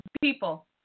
people